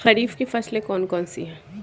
खरीफ की फसलें कौन कौन सी हैं?